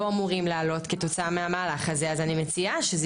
אמורים לעלות כתוצאה מהמהלך הזה אז אני מציעה שזה